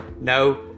no